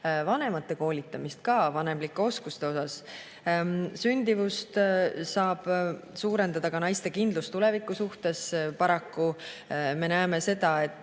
vanemate koolitamist vanemlike oskuste osas. Sündimust saab suurendada ka naiste kindlus tuleviku suhtes. Paraku me näeme seda, et